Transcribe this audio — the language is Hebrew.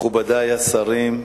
מכובדי השרים,